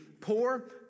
poor